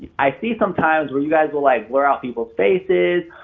i see sometimes where you guys will like blur out people's faces.